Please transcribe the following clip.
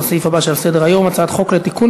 לסעיף הבא שעל סדר-היום: הצעת חוק לתיקון